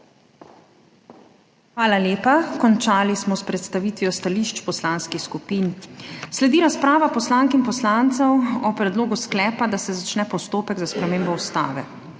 Hvala lepa. Končali smo s predstavitvijo stališč poslanskih skupin. Sledi razprava poslank in poslancev o predlogu sklepa, da se začne postopek za spremembo Ustave.